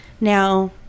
Now